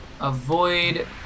avoid